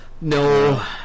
No